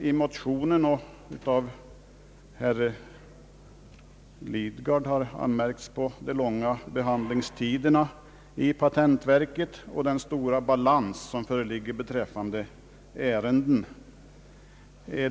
De föregående ärade talarna anmärkte på de långa behandlingstiderna i patentverket och den stora balans som föreligger beträffande ärenden.